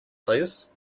please